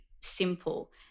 simple